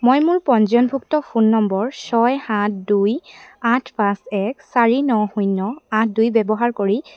মই মোৰ পঞ্জীয়নভুক্ত ফোন নম্বৰ ছয় সাত দুই আঠ পাঁচ এক চাৰি ন শূন্য আঠ দুই ব্যৱহাৰ কৰি